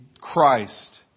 Christ